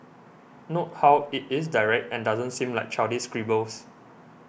note how it is direct and doesn't seem like childish scribbles